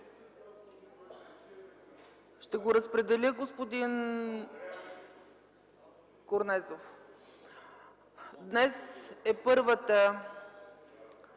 Ще го разпределя, господин Корнезов. Днес е първото